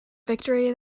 victory